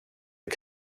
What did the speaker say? est